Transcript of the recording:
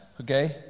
okay